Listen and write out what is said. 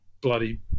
bloody